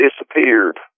disappeared